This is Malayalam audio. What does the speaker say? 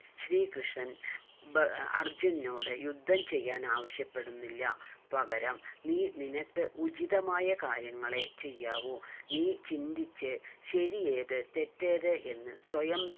ശ്രീകൃഷ്ണൻ അർജുനനോട് യുദ്ധം ചെയ്യാനാവശ്യപ്പെടുന്നില്ല പകരം നീ നിനക്ക് ഉചിതമായ കാര്യങ്ങളേ ചെയ്യാവൂ നീ ചിന്തിച്ചു ശരിയേത് തെറ്റേത് എന്ന് സ്വയം